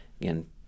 Again